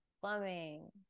plumbing